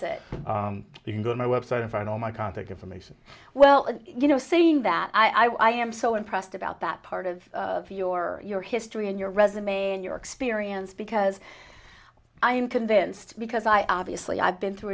that you can go to my website if i know my contact information well you know saying that i am so impressed about that part of your your history and your resume and your experience because i'm convinced because i obviously i've been through